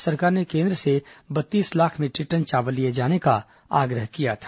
राज्य सरकार ने केन्द्र से बत्तीस लाख मीटरिक टन चावल लिए का आग्रह किया था